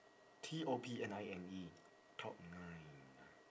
T O P N I N E top nine